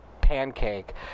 pancake